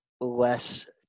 less